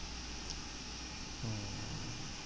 hmm